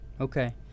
Okay